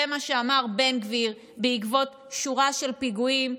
זה מה שאמר בן גביר בעקבות שורה של פיגועים,